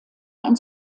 ein